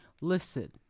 Listen